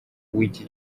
w’iki